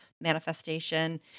manifestation